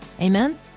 Amen